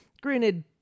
granted